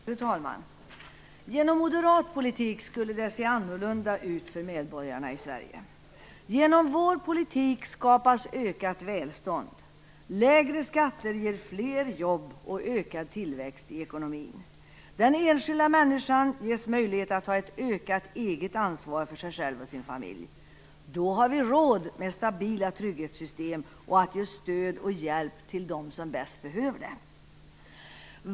Fru talman! Genom moderat politik skulle det se annorlunda ut för medborgarna i Sverige. Genom vår politik skapas ökat välstånd. Lägre skatter ger fler jobb och ökad tillväxt i ekonomin. Den enskilda människan ges möjlighet att ta ett ökat eget ansvar för sig själv och sin familj. Då har vi råd med stabila trygghetssystem och att ge stöd och hjälp till dem som bäst behöver det.